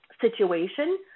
situation